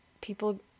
people –